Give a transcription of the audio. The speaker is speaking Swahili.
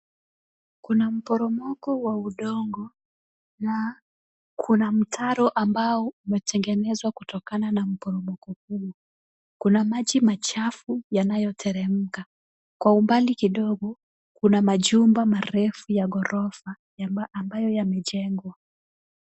Kuna mporomoko wa udongo na kuna mtaro ambao umetengenezwa kutokana na mporomoko huo. Kuna maji machafu yanayoteremka. Kwa umbali kidogo, kuna majumba marefu ya ghorofa ambayo yamejengwa.